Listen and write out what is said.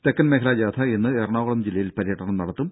തെക്കൻ മേഖലാ ജാഥ ഇന്ന് എറണാകുളം ജില്ലയിൽ പര്യടനം നടത്തും